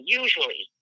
usually